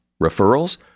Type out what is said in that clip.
Referrals